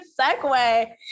segue